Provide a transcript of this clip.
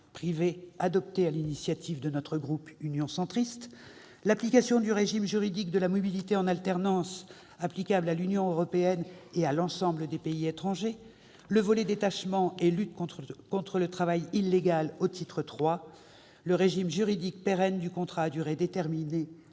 privés, adopté sur l'initiative de notre groupe Union Centriste ; l'application du régime juridique de la mobilité en alternance applicable à l'Union européenne et à l'ensemble des pays étrangers ; le volet relatif au détachement et à la lutte contre le travail illégal au titre III ; le régime juridique pérenne du contrat à durée déterminée